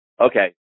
Okay